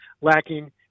lacking